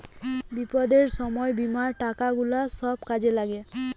বিপদের সময় বীমার টাকা গুলা সব কাজে লাগে